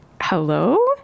hello